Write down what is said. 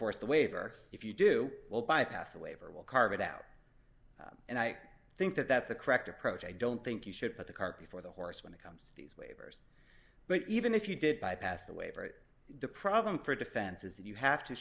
force the waiver if you do will bypass the waiver will carve it out and i think that that's the correct approach i don't think you should put the cart before the horse when it comes to these waivers but even if you did bypass the waiver the problem for defense is that you have to